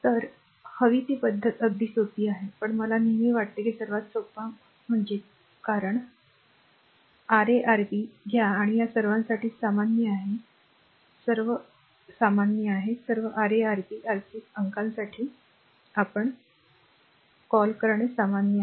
तर हवी ती पद्धत अगदी सोपी आहे पण मला नेहमी वाटते की हे सर्वात सोपा आहे कारण उत्पादन a a a R a R a a घ्या आणि हे सर्वांसाठी सामान्य आहे हे सर्व r साठी सर्व सामान्य आहे जे सर्व Ra Rb Rc अंकासाठी कॉल करणे सामान्य आहे